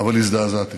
אבל הזדעזעתי